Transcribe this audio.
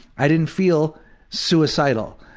i didn't feel suicidal.